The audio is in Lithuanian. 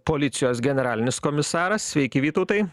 policijos generalinis komisaras sveiki vytautai